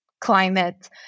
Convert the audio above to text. climate